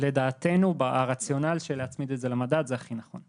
לדעתנו הרציונל של להצמיד את זה למדד זה הכי נכון.